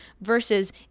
versus